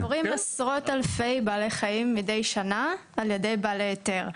נורים עשרות אלפי בעלי חיים מידי שנה על ידי בעלי היתר.